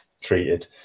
treated